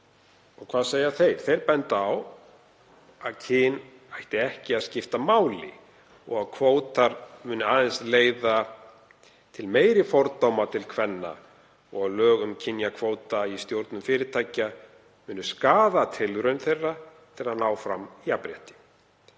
og hvað segja þeir? Þeir benda á að kyn ætti ekki að skipta máli og að kvótar muni aðeins leiða til meiri fordóma í garð kvenna og lög um kynjakvóta í stjórnum fyrirtækja muni skaða tilraun þeirra til að ná fram jafnrétti.